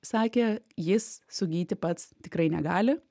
sakė jis sugyti pats tikrai negali